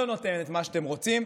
לא נותן את מה שאתם רוצים,